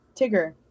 Tigger